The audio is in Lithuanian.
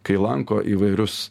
kai lanko įvairius